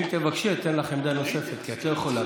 אם תבקשי אני אתן לך עמדה נוספת, כי את לא יכולה.